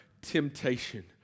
temptation